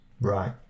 Right